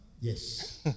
Yes